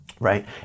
Right